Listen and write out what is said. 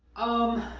um,